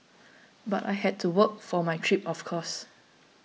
but I had to work for my trip of course